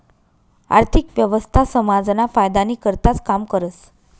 आर्थिक व्यवस्था समाजना फायदानी करताच काम करस